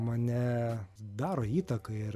mane daro įtaką ir